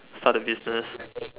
start a business